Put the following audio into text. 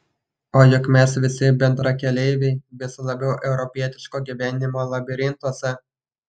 o juk mes visi bendrakeleiviai vis labiau europietiško gyvenimo labirintuose